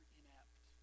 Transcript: inept